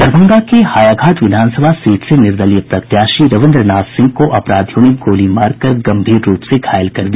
दरभंगा के हायाघाट विधानसभा सीट से निर्दलीय प्रत्याशी रविन्द्र नाथ सिंह को अपराधियों ने गोली मारकर गम्भीर रूप से घायल कर दिया